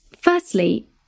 Firstly